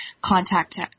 contact